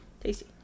Tasty